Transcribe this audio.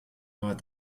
war